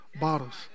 bottles